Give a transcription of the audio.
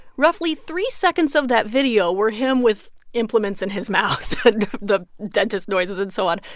roughly three seconds of that video were him with implements in his mouth but and the dentist noises and so on.